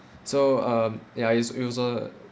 so um ya it's it wasn't uh